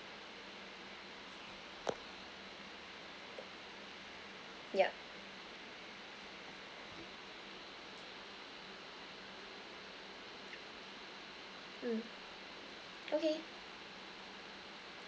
yup mm okay